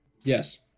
Yes